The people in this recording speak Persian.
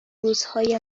روزهای